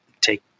take